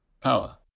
power